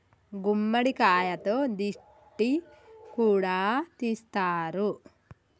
గుమ్మడికాయతో దిష్టి కూడా తీస్తారు